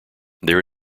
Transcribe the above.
there